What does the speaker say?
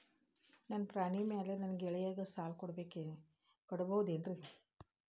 ನನ್ನ ಪಾಣಿಮ್ಯಾಲೆ ನನ್ನ ಗೆಳೆಯಗ ಸಾಲ ಕೊಡಬಹುದೇನ್ರೇ?